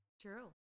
true